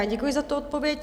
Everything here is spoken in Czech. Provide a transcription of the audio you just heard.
Děkuji za odpověď.